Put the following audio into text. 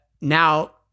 now